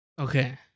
Okay